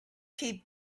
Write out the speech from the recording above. keep